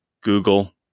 Google